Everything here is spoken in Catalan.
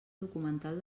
documental